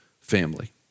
family